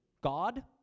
God